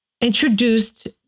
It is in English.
introduced